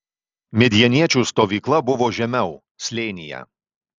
midjaniečių stovykla buvo žemiau slėnyje